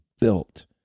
built